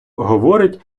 говорить